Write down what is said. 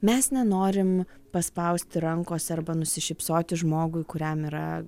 mes nenorim paspausti rankos arba nusišypsoti žmogui kuriam yra